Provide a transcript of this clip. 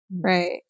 right